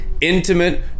intimate